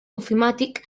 ofimàtic